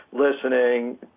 listening